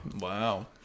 Wow